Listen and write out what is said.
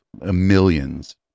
millions